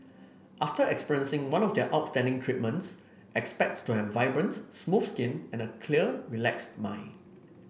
after experiencing one of their outstanding treatments expects to have vibrant smooth skin and a clear relaxed mind